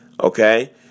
Okay